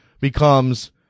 becomes